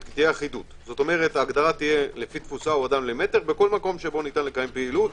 ההגדרה תהיה לפי קבוצה או אדם למטר בכל מקום שבו ניתן לקיים פעילות,